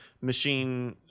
machine